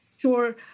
Sure